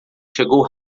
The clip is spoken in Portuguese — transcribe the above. chegou